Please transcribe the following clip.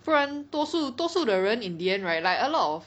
不然多数多数的人 in the end right like a lot of